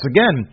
Again